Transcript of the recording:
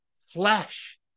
flesh